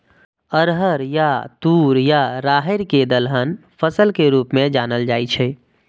अरहर या तूर या राहरि कें दलहन फसल के रूप मे जानल जाइ छै